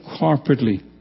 corporately